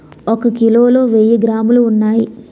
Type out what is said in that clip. ఒక కిలోలో వెయ్యి గ్రాములు ఉన్నాయి